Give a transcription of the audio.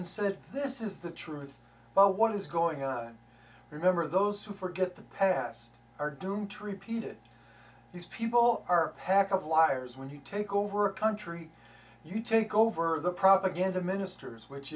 and said this is the truth about what is going on remember those who forget the past are doomed to repeat it these people are pack of liars when you take over a country you take over the propaganda ministers which